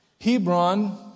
Hebron